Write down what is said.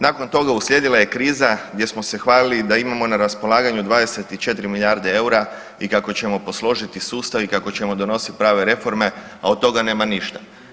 Nakon toga uslijedila je kriza gdje smo se hvalili da imamo na raspolaganju 24 milijarde eura i kako ćemo posložiti sustav i kako ćemo donosit prave reforme, a od toga nema ništa.